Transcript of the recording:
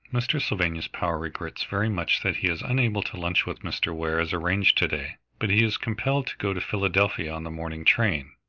mr. sylvanus power regrets very much that he is unable to lunch with mr. ware as arranged to-day, but he is compelled to go to philadelphia on the morning train.